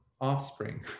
offspring